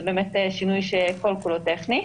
זה באמת שינוי שכל כולו טכני.